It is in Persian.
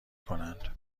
کنن